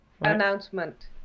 announcement